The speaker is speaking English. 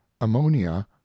ammonia